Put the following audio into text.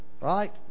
right